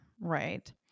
right